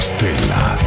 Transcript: Stella